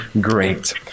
great